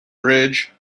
bridge